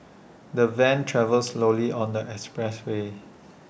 the van travelled slowly on the expressway